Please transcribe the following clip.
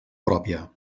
pròpia